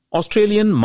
Australian